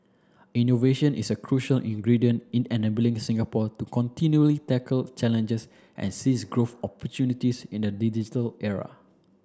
innovation is a crucial ingredient in enabling Singapore to continually tackle challenges and seize growth opportunities in a digital era